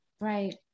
Right